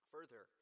Further